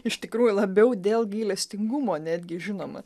iš tikrųjų labiau dėl gailestingumo netgi žinoma